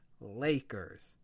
Lakers